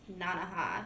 Nanaha